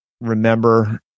remember